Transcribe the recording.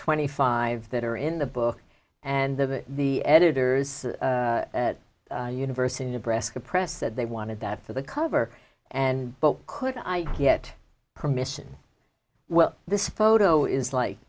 twenty five that are in the book and the the editors at universal nebraska press said they wanted that for the cover and but could i get permission well this photo is like